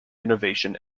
innovation